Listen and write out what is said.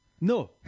No